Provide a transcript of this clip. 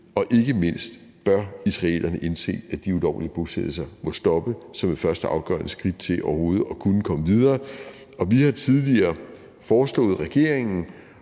og ikke mindst bør israelerne indse, at de ulovlige bosættelser må stoppe som et første afgørende skridt til overhovedet at kunne komme videre. Vi har tidligere foreslået regeringen